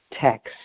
text